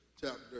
chapter